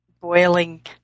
boiling